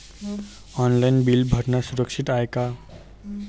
Online bill भरनं सुरक्षित हाय का?